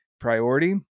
priority